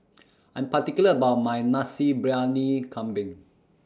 I'm particular about My Nasi Briyani Kambing